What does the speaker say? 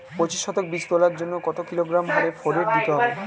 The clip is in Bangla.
পঁচিশ শতক বীজ তলার জন্য কত কিলোগ্রাম হারে ফোরেট দিতে হবে?